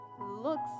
looks